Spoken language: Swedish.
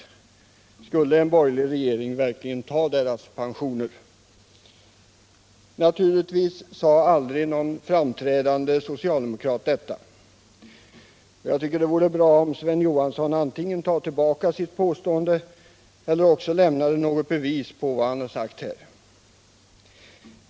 Skulle en borgerlig regering verkligen ta deras pensioner? Naturligtvis sade aldrig någon framträdande socialdemokrat detta. Jag tycker det vore bra om Sven Johansson antingen tar tillbaka sitt påstående eller också lämnar något bevis på vad han har sagt här.